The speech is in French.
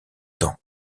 temps